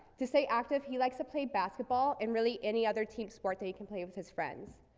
to stay active, he likes to play basketball and really any other team sport that he can play with his friends.